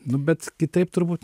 nu bet kitaip turbūt